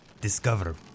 Discover